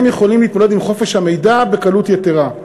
הם יכולים להתמודד עם חופש המידע בקלות יתרה.